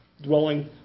dwelling